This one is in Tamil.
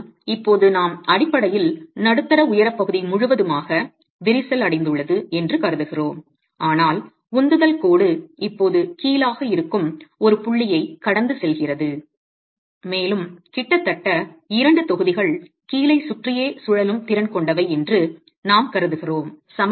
ஆனால் இப்போது நாம் அடிப்படையில் நடுத்தர உயரப் பகுதி முழுவதுமாக விரிசல் அடைந்துள்ளது என்று கருதுகிறோம் ஆனால் உந்துதல் கோடு இப்போது கீலாக இருக்கும் ஒரு புள்ளியைக் கடந்து செல்கிறது மேலும் கிட்டத்தட்ட இரண்டு தொகுதிகள் கீலைச் சுற்றியே சுழலும் திறன் கொண்டவை என்று நாம் கருதுகிறோம்